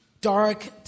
dark